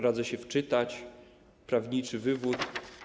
Radzę się wczytać w prawniczy wywód.